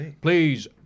Please